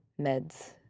meds